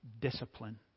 discipline